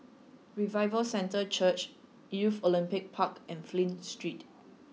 Revival Centre Church Youth Olympic Park and Flint Street